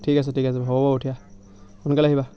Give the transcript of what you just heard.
ঠিক আছে ঠিক আছে হ'ব বাৰু দিয়া সোনকালে আহিবা